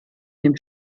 dem